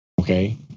okay